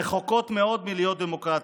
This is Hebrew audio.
רחוקות מאוד מלהיות דמוקרטיות.